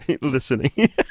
listening